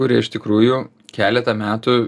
kurie iš tikrųjų keletą metų